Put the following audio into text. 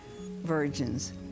virgins